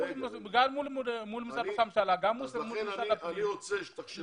גם מול משרד ראש הממשלה וגם מול משרד הפנים.